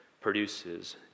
produces